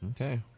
Okay